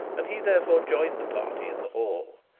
and he therefore joined the party in the hall.